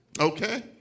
okay